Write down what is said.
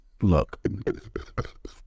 Look